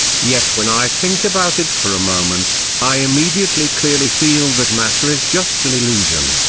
yet when i think about it for a moment, i immediately clearly feel that matter is just an illusion.